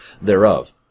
thereof